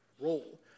role